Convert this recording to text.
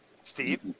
Steve